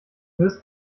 wirst